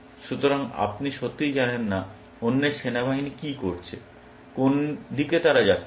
সুতরাং আপনি সত্যিই জানেন না অন্যের সেনাবাহিনী কী করছে কোন দিকে তারা যাচ্ছিল